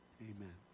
Amen